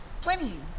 plenty